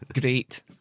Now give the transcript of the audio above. Great